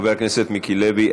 חבר הכנסת מיקי לוי.